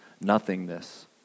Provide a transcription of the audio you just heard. nothingness